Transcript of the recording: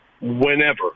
whenever